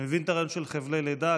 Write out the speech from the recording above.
אני מבין את הרעיון של חבלי לידה,